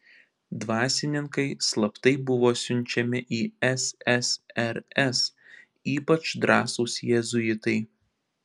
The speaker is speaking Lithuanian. dvasininkai slaptai buvo siunčiami į ssrs ypač drąsūs jėzuitai